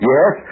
Yes